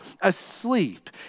asleep